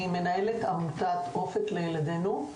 אני מנהלת עמותת "אופק לילדנו"